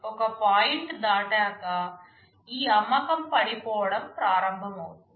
ఒక పాయింట్ దాటాక ఈ అమ్మకం పడిపోవటం ప్రారంభమవుతుంది